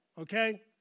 okay